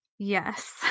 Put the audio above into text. Yes